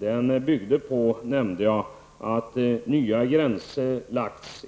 Jag nämnde att den byggde på att nya gränser